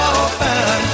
open